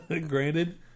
Granted